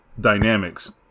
dynamics